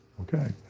okay